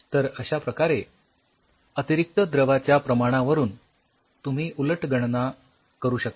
तर अश्या प्रकारे अतिरिक्त द्रवाच्या प्रमाणावरून तुम्ही उलट गणना करू शकता